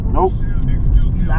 Nope